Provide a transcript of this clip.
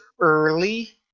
early